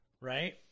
right